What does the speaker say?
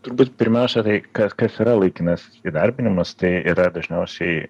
turbūt pirmiausia tai kas kas yra laikinasis įdarbinimas tai yra dažniausiai